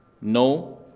no